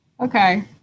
okay